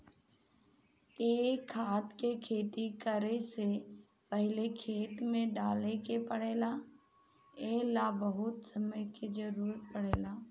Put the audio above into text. ए खाद के खेती करे से पहिले खेत में डाले के पड़ेला ए ला बहुत समय के जरूरत पड़ेला